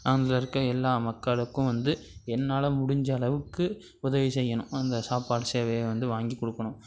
அதில் இருக்க எல்லா மக்களுக்கும் வந்து என்னால் முடிஞ்ச அளவுக்கு உதவி செய்யணும் அந்த சாப்பாடு சேவையை வந்து வாங்கிக் கொடுக்கணும்